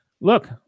look